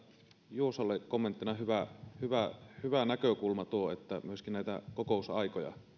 juusolle kommenttina hyvä hyvä näkökulma tuo että myöskin näitä kokousaikoja